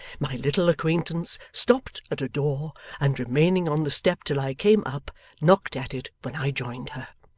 my little acquaintance stopped at a door and remaining on the step till i came up knocked at it when i joined her.